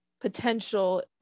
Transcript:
potential